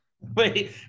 Wait